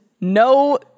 no